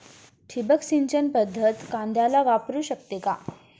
ठिबक सिंचन पद्धत कांद्याला वापरू शकते का?